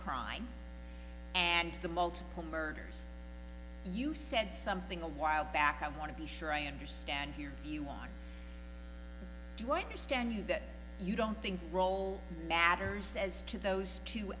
crime and the multiple murders you said something a while back i want to be sure i understand your view on what you stand you that you don't think role matters says to those t